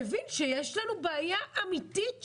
מבין שיש לנו בעיה אמיתית,